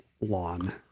lawn